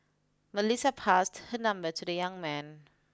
Melissa passed her number to the young man